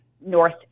North